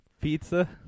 pizza